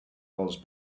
vols